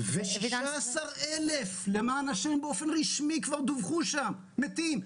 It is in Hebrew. ו-16,000, למען השם, דווחו שם מתים.